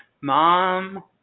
mom